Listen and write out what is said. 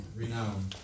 renowned